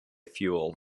fuel